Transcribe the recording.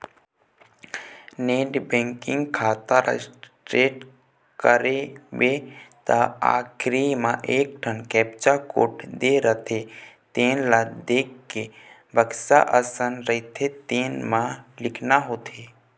net banking खाता register करबे त आखरी म एकठन कैप्चा कोड दे रहिथे तेन ल देखके बक्सा असन रहिथे तेन म लिखना होथे